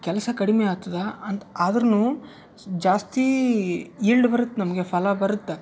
ಕೆಲಸ ಕಡಿಮೆ ಆಗ್ತದ ಅಂತ ಆದರೂ ಸ್ ಜಾಸ್ತಿ ಈಳ್ಡ್ ಬರುತ್ತೆ ನಮಗೆ ಫಲ ಬರುತ್ತೆ